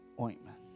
ointment